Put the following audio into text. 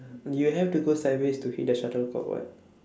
you have to go sideways to hit the shuttlecock [what]